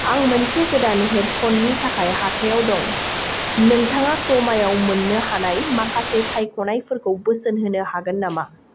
आं मोनसे गोदान हेडफननि थाखाय हाथायाव दं नोंथाङा क्रमायाव मोननो हानाय माखासे सायख'नायफोरखौ बोसोन होनो हागोन नामा